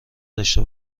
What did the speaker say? داشته